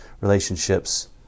relationships